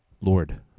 Lord